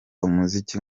umuziki